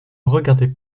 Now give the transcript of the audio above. regarder